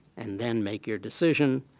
and then make your decision,